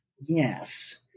Yes